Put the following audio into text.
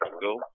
go